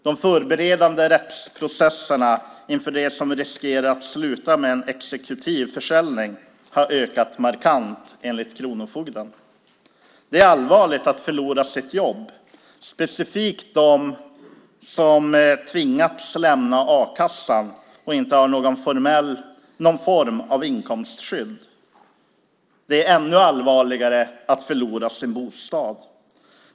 De förberedande rättsprocesserna inför det som riskerar att sluta med en exekutiv försäljning har ökat markant enligt kronofogden. Det är allvarligt att förlora sitt arbete, speciellt om man dessutom tvingats lämna a-kassan och inte har någon form av inkomstskydd. Men det är ännu allvarligare att förlora sin bostad.